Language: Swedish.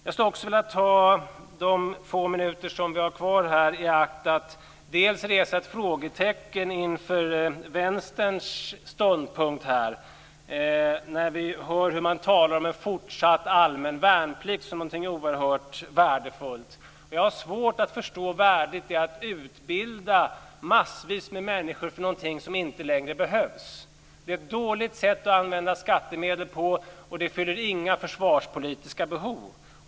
Jag skulle också vilja ta de få minuter jag har kvar av talartiden till att resa ett frågetecken inför Vänsterns ståndpunkt. Vi hör hur man talar om en fortsatt allmän värnplikt som något oerhört värdefullt. Jag har svårt att förstå värdet i att utbilda massvis med människor för någonting som inte längre behövs. Det är ett dåligt sätt att använda skattemedel på och det fyller inga försvarspolitiska behov.